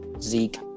Zeke